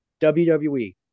WWE